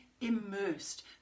immersed